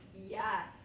Yes